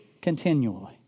continually